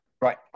Right